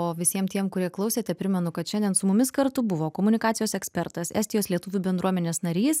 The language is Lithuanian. o visiem tiem kurie klausėte primenu kad šiandien su mumis kartu buvo komunikacijos ekspertas estijos lietuvių bendruomenės narys